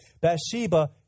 Bathsheba